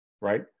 right